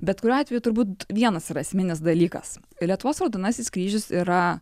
bet kuriuo atveju turbūt vienas yra esminis dalykas lietuvos raudonasis kryžius yra